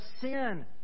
sin